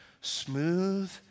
smooth